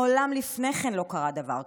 מעולם לפני כן לא קרה דבר כזה.